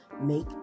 make